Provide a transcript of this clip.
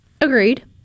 Agreed